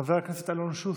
חבר הכנסת אלון שוסטר,